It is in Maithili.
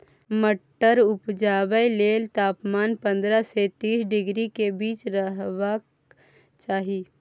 मटर उपजाबै लेल तापमान पंद्रह सँ तीस डिग्री केर बीच रहबाक चाही